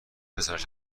پسرش